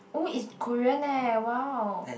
oh is Korean eh wow